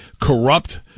corrupt